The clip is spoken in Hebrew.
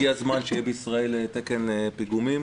הגיע הזמן שיהיה בישראל תקן פיגומים.